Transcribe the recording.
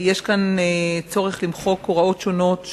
יש כאן צורך למחוק הוראות שונות,